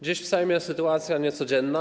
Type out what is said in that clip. Dziś w Sejmie sytuacja niecodzienna.